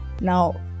Now